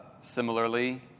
Similarly